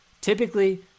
typically